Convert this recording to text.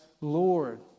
Lord